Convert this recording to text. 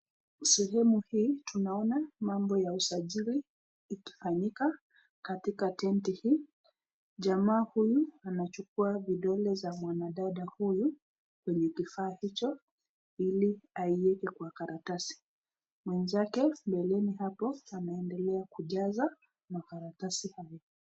sehemu hii tunaona mambo ya usajili yakifanyika katika tenti hii. Jamaa huyu anachukua vidole za mwanadada huyu kwenye kifaa hicho ili aiweke kwa karatasi. Mwenzake mbeleni hapo anaendelea kujaza makaratasi hayo.